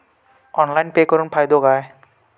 Online pay करुन फायदो काय?